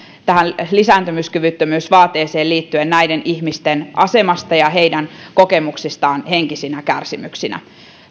tähän lisääntymiskyvyttömyysvaateeseen liittyen näiden ihmisten asemaan ja heidän kokemuksiinsa henkisistä kärsimyksistä